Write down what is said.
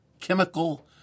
chemical